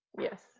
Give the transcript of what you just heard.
Yes